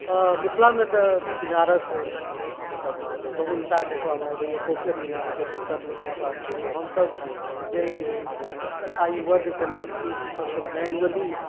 हँ मिथिलामे तऽ इनारके मतलब बहुलता देखबामे अबैए पोखरि इनार जत्र तत्र देखबामे अबैए हमसब जाहि आयुवर्गके लोक छी हमसब तऽ मैनुअली